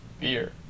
beer